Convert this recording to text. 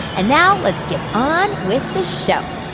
and now let's get on with the show